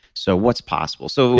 so what's possible. so,